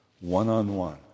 one-on-one